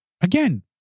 again